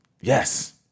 yes